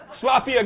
Sloppy